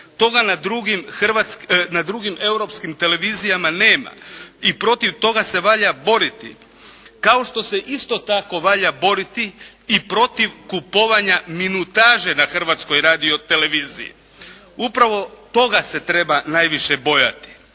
na drugim europskim televizijama nema i protiv toga se valja boriti. Kao što se isto tako valja boriti i protiv kupovanja minutaže na Hrvatskoj radioteleviziji. Upravo toga se treba najviše bojati.